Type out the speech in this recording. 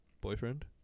boyfriend